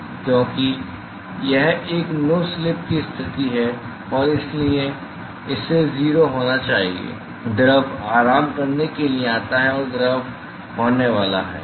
यह 0 है क्योंकि यह एक नो स्लिप की स्थिति है और इसलिए इसे 0 होना चाहिए द्रव आराम करने के लिए आता है और द्रव होने वाला है